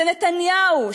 זה נתניהו,